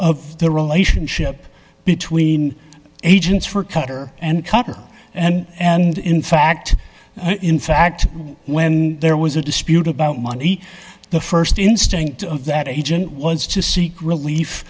of the relationship between agents for cutter and cutter and and in fact in fact when there was a dispute about money the st instinct of that agent was to seek relief